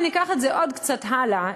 אם ניקח את זה עוד קצת הלאה,